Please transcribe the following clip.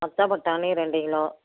பச்சை பட்டாணி ரெண்டு கிலோ